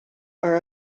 are